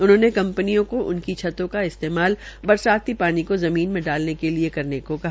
उन्होंने कंपनियों को उनकी छत का इस्तेमाल बरसाती पानी के जमीन में डालने के लिये करने को कहा